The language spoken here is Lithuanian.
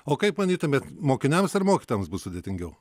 o kaip manytumėt mokiniams ar mokytojams bus sudėtingiau